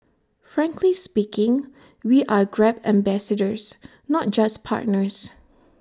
frankly speaking we are grab ambassadors not just partners